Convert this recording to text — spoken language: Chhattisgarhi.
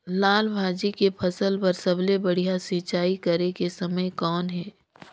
लाल भाजी के फसल बर सबले बढ़िया सिंचाई करे के समय कौन हे?